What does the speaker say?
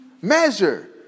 measure